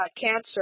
cancer